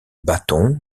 bâton